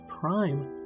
prime